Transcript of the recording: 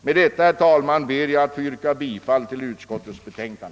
Med detta, herr talman, ber jag att få yrka bifall till utskottets hemställan.